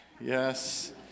Yes